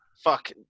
fuck